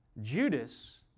Judas